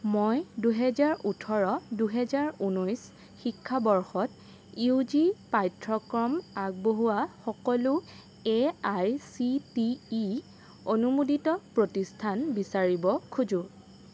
মই দুইহেজাৰ ওঁঠৰ দুই হেজাৰ ঊনৈশ শিক্ষাবৰ্ষত ইউ জি পাঠ্যক্ৰম আগবঢ়োৱা সকলো A I C T E অনুমোদিত প্ৰতিষ্ঠান বিচাৰিব খোজো